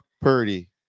Purdy